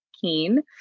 Keen